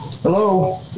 Hello